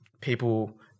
people